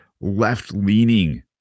left-leaning